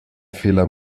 fehler